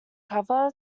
cover